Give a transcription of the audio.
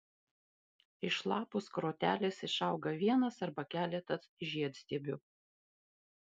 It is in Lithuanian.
iš lapų skrotelės išauga vienas arba keletas žiedstiebių